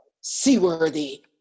seaworthy